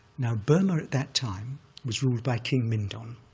now, burma at that time was ruled by king mindon,